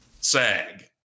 SAG